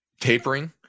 tapering